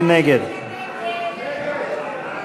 מי נגד?